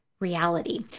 reality